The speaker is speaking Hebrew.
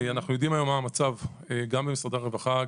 אנו יודעים מה המצב גם במשרדי הרווחה,